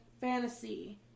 Fantasy